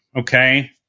Okay